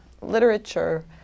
literature